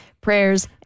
prayers